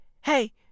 hey